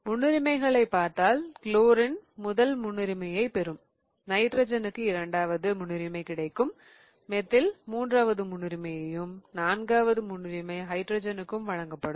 முன்னுரிமைகளைப் பார்த்தால் குளோரின் முதல் முன்னுரிமையைப் பெறும் நைட்ரஜனுக்கு இரண்டாவது முன்னுரிமை கிடைக்கும் மெத்தில் மூன்றாவது முன்னுரிமையும் நான்காவது முன்னுரிமை ஹைட்ரஜனுக்கும் வழங்கப்படும்